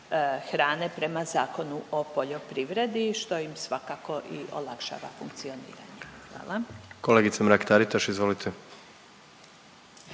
hrane prema Zakonu o poljoprivredi, što im svakako i olakšava funkcioniranje. Hvala. **Jandroković, Gordan